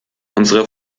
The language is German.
unsere